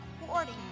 according